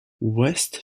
west